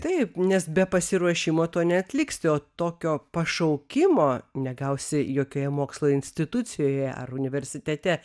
taip nes be pasiruošimo to neatliksi o tokio pašaukimo negausi jokioje mokslo institucijoje ar universitete